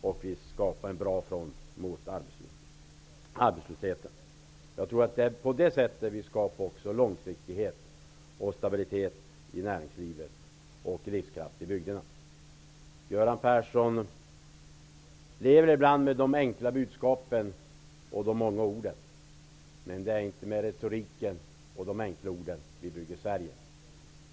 Vi skapar också en bra front mot arbetslösheten. På det sättet skapar vi också långsiktighet och stabilitet i näringslivet och livskraft i bygderna. Göran Persson lever ibland med de enkla budskapen och många orden. Men det är inte med retorik och enkla ord som man bygger upp Sverige.